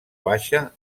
baixa